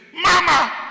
mama